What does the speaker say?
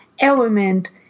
element